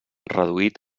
reduït